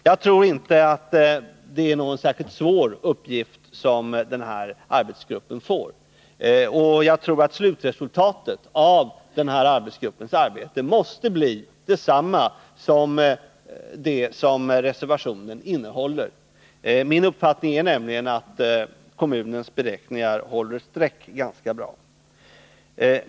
Jag tror inte att det är någon särskilt svår uppgift som den här arbetsgruppen får, och jag tror att slutresultatet av arbetsgruppens arbete måste bli detsamma som anges i reservationen. Min uppfattning är nämligen att kommunens beräkningar håller streck ganska bra.